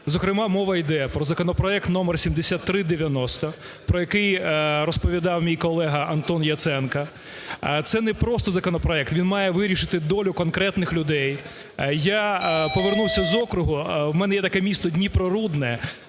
Зокрема, мова йде про законопроект № 7390, про який розповідав мій колега Антон Яценко. Це не просто законопроект, він має вирішити долю конкретних людей. Я повернувся з округу, у мене є таке місто Дніпрорудне,